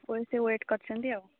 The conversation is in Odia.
ହଉ ସେ ୱେଟ୍ କରିଛନ୍ତି ଆଉ